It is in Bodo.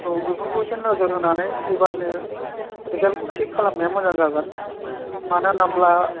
औ बेफोरखौ एसे नोजोर होनानै एबारनि रिजाल्टखौ थिग खालामनाया मोजां जागोन मानो होनोब्ला